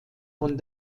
von